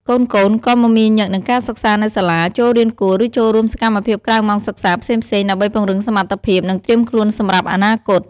កូនៗ ក៏មមាញឹកនឹងការសិក្សានៅសាលា ចូលរៀនគួរ ឬចូលរួមសកម្មភាពក្រៅម៉ោងសិក្សាផ្សេងៗ ដើម្បីពង្រឹងសមត្ថភាព និងត្រៀមខ្លួនសម្រាប់អនាគត។